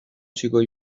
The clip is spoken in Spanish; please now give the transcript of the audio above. chico